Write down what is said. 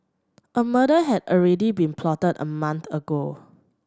a murder had already been plotted a month ago